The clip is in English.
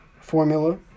formula